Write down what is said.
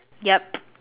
yup